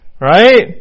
Right